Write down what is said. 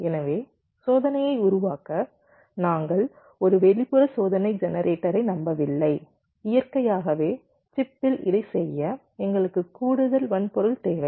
எனவே சோதனையை உருவாக்க நாங்கள் ஒரு வெளிப்புற சோதனை ஜெனரேட்டரை நம்பவில்லை இயற்கையாகவே சிப்பில் இதைச் செய்ய எங்களுக்கு கூடுதல் வன்பொருள் தேவை